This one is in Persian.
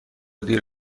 دیر